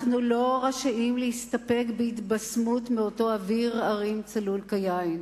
אנחנו לא רשאים להסתפק בהתבשמות מאותו אוויר הרים צלול כיין.